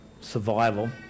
survival